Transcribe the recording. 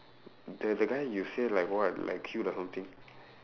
the the guy you say like what like cute or something